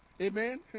Amen